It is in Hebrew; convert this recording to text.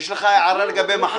יש לך הערה לגבי מחר?